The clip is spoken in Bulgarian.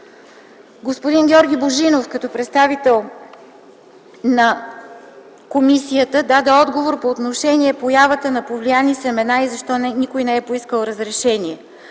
Господин Георги Божинов, като представител на комисията, даде отговор по отношение появата на повлияни семена и защо никой не е поискал разрешение.